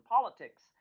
politics